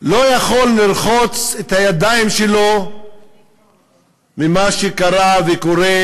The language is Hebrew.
לא יכול לרחוץ את הידיים שלו ממה שקרה וקורה